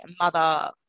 mother